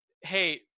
hey